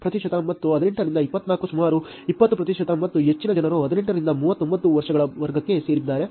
5 ಪ್ರತಿಶತ ಮತ್ತು 18 ರಿಂದ 24 ಸುಮಾರು 20 ಪ್ರತಿಶತ ಮತ್ತು ಹೆಚ್ಚಿನ ಜನರು 18 ರಿಂದ 39 ವರ್ಷಗಳ ವರ್ಗಕ್ಕೆ ಸೇರಿದ್ದಾರೆ